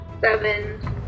seven